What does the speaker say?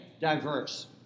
diverse